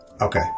Okay